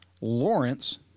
Lawrence